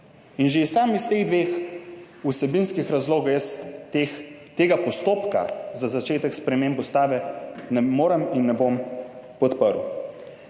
Že samo iz teh dveh vsebinskih razlogov jaz tega postopka za začetek spremembe ustave ne morem in ne bom podprl.